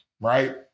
right